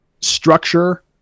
structure